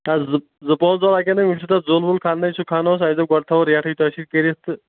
نہ زٕ زٕ پانٛژھ دۄہ لَگٮ۪نٕے وۄنۍ چھِ تَتھ زوٚل ووٚل کھَنٛنَے سُہ کھنٛنوس اَسہِ دوٚپ گۄڈٕ تھاووس ریٹھٕے تٔتھۍ سۭتۍ کٔرِتھ تہٕ